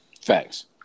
Facts